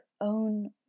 own